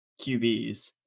QBs